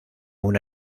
una